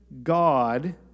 God